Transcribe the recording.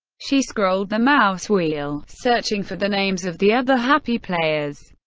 she scrolled the mouse wheel, searching for the names of the other happy players.